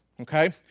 okay